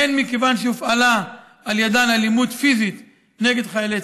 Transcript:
הן מכיוון שהופעלה על ידן אלימות פיזית נגד חיילי